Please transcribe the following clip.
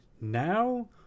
Now